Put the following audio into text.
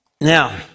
Now